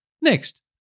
Next